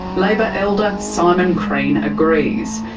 labor elder simon crean agrees.